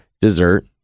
Dessert